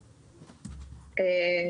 עומדים.